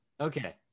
Okay